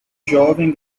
jovem